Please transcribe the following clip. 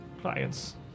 clients